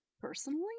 Personally